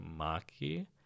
Maki